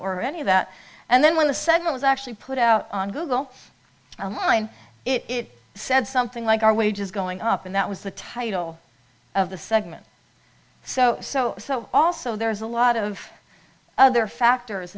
or any of that and then when the segment is actually put out on google i don't mind it said something like our wages going up and that was the title of the segment so so so also there is a lot of other factors